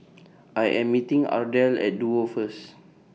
I Am meeting Ardelle At Duo First